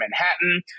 Manhattan